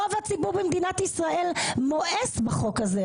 רוב הציבור במדינת ישראל מואס בחוק הזה.